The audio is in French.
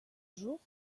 jour